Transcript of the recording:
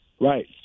Right